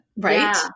Right